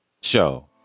Show